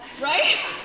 Right